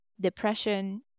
depression